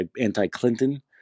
anti-Clinton